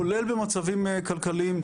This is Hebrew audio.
כולל במצבים כלכליים,